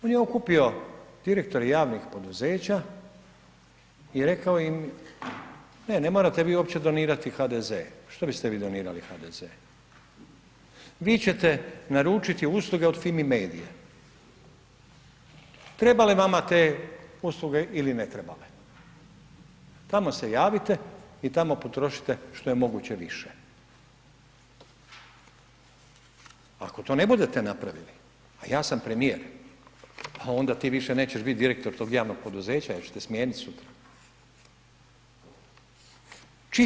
On je okupio direktore javnih poduzeća i rekao im ne, ne morate vi uopće donirati HDZ, što biste vi donirali HDZ, vi ćete naručiti usluge od Fimi medije, trebale vama te usluge ili ne trebale, tamo se javite i tamo potrošite što je moguće više, ako to ne budete napravili, a ja sam premijer, pa onda ti više nećeš biti direktor tog javnog poduzeća, ja ću te smijeniti sutra.